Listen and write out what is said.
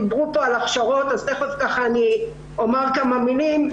דיברו פה על הכשרות אז תיכף אני אומר כמה מילים.